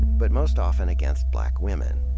but most often against black women.